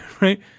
right